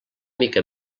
mica